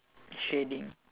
shading